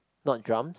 not drums